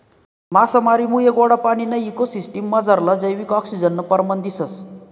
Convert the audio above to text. मासामारीमुये गोडा पाणीना इको सिसटिम मझारलं जैविक आक्सिजननं परमाण दिसंस